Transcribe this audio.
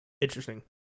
Interesting